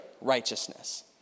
righteousness